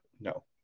no